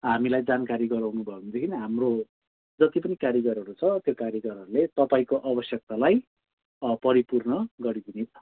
हामीलाई जानकारी गराउनु भयो भनेदेखि हाम्रो जति पनि कारिगरहरू छ त्यो कारिगरहरूले तपाईँको आवश्यकतालाई परिपूर्ण गरिदिनेछ